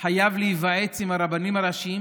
חייב להיוועץ ברבנים הראשיים,